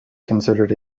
considered